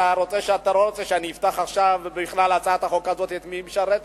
אתה לא רוצה שאני אפתח עכשיו בכלל הצעת החוק הזאת את מי היא משרתת.